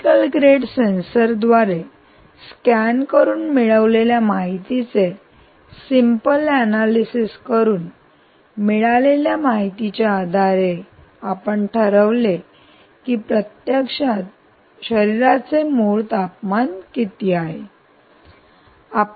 medical grade sensor द्वारे scan करून मिळवलेल्या माहितीचे सिम्पल अनालिसिस करून मिळालेल्या माहितीच्या आधारे आपण ठरवले की प्रत्यक्षात शरीराचे मूळ तापमान किती आहे